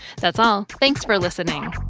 that's all. thanks for listening.